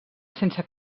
sense